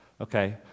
Okay